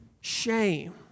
Shame